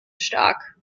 stark